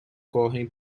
correm